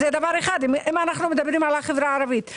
אם אנו מדברים על החברה הערבית.